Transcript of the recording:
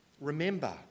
remember